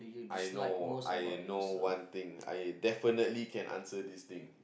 I know I know one thing I definitely can answer this thing